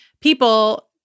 people